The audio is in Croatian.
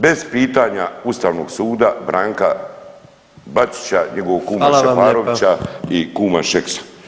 Bez pitanja Ustavnog suda, Branka Bačića, [[Upadica: Hvala vam lijepa.]] njegovog kuma Šeparovića i kuma Šeksa.